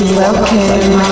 welcome